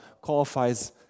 qualifies